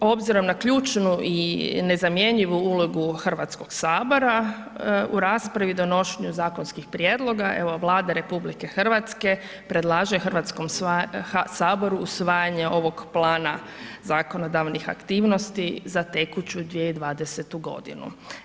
Obzirom na ključnu i ne zamjenjivu ulogu Hrvatskog sabora u raspravi i donošenju zakonskih prijedloga evo Vlada RH predlaže Hrvatskom saboru usvajanje ovog plana zakonodavnih aktivnosti za tekuću 2020. godinu.